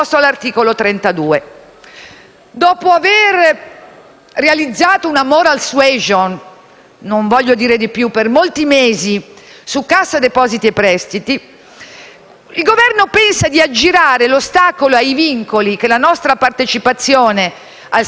realizzato una *moral suasion* (e non voglio dire di più) per molti mesi su Cassa depositi e prestiti, il Governo pensa di aggirare l'ostacolo dei vincoli che la nostra partecipazione al sistema finanziario europeo e internazionale ci impone